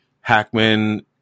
Hackman